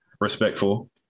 respectful